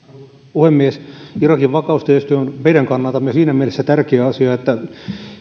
puhemies irakin vakaus tietysti on meidän kannaltamme siinä mielessä tärkeä asia että